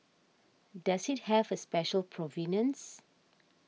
does it have a special provenance